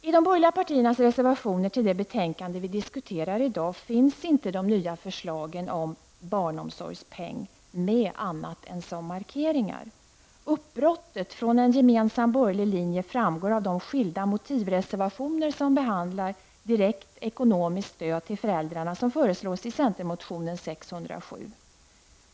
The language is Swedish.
I de borgerliga partiernas reservationer till det betänkande vi i dag diskuterar finns inte de nya förslagen om ''barnomsorgspeng'' med annat än som markeringar. Uppbrottet från en gemensam borgerlig linje framgår av de skilda motivreservationer som behandlar direkt ekonomiskt stöd till föräldrarna, vilket föreslås i centermotionen 607.